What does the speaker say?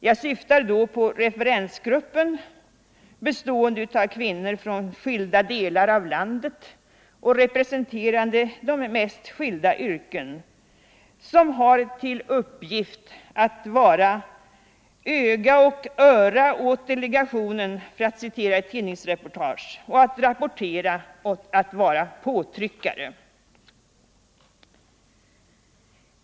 Jag syftar då på referensgruppen, bestående av kvinnor från skilda delar av landet och representerande de mest skilda yrken, som har till uppgift att vara ”öga och öra åt delegationen” för att citera ett tidningsreportage, att rapportera och vara påtryckare.